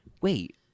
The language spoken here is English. wait